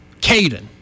Caden